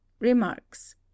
remarks